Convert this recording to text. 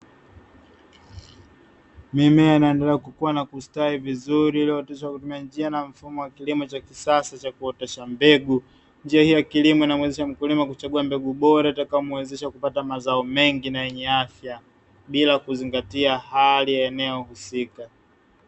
Mimea inayoendelea kukua na kustawi vizuri iliyooteshwa kwa kutumia njia na mfumo wa kilimo cha kisasa cha kuotesha mbegu, njia hii ya kilimo inamwezesha mkulima kuchagua mbegu bora inatayomwezesha kupata mazao mengi na yenye afya bila kuzingatia hali ya eneo husika.